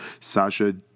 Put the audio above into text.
Sasha